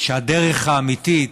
שהדרך האמיתית,